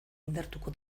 indartuko